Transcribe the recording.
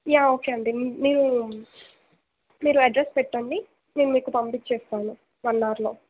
yeah okay అండి మీరు address పెట్టండి మేము మీకు పంపించేస్తాము వన్ అవర్లో